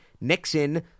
Nixon